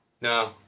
No